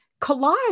collage